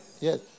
Yes